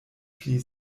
pli